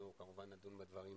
אנחנו, כמובן נדון בדברים